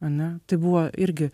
ane tai buvo irgi